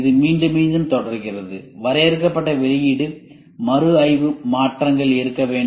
இது மீண்டும் மீண்டும் தொடர்கிறது வரையறுக்கப்பட்ட வெளியீட்டில் மறுஆய்வு மாற்றங்கள் இருக்க வேண்டு